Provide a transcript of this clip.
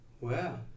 Wow